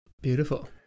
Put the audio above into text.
Beautiful